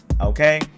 okay